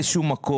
באיזה שהוא מקום,